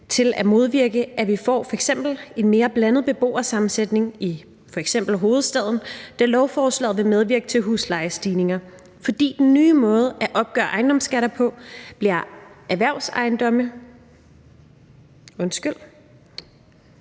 til at modvirke, at vi f.eks. får en mere blandet beboersammensætning i f.eks. hovedstaden, da lovforslaget vil medvirke til huslejestigninger, fordi den nye måde at opgøre ejendomsskatter på, hvor erhvervsejendomme skal